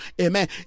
Amen